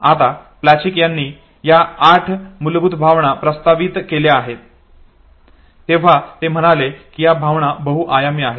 आता प्लचिक यांनी या आठ मूलभूत भावना प्रस्तावित केल्या तेव्हा ते म्हणाले की या भावना बहुआयामी आहेत